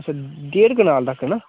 अच्छा डेढ कनाल तक्कर ना